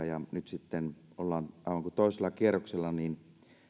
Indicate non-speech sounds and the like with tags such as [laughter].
[unintelligible] ja kun nyt ollaan toisella kierroksella niin